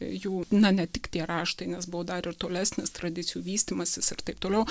jų na ne tik tie raštai nes buvo dar ir tolesnis tradicijų vystymasis ir taip toliau